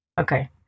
Okay